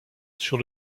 sur